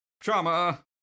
trauma